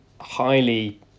highly